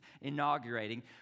inaugurating